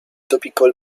topical